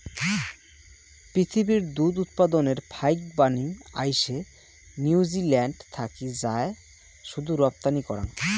পিথীবির দুধ উৎপাদনের ফাইকবানী আইসে নিউজিল্যান্ড থাকি যায় শুধু রপ্তানি করাং